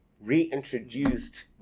reintroduced